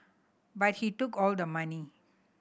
but he took all the money